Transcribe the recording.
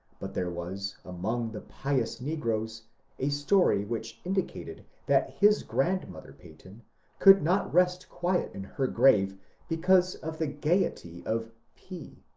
but there was among the pious negroes a story which indicated that his grandmother peyton could not rest quiet in her grave because of the gayety of p,